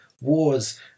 wars